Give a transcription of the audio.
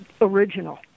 original